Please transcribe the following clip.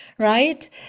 Right